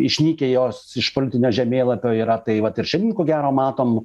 išnykę jos iš politinio žemėlapio yra tai vat ir šiandien ko gero matom